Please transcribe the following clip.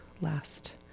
last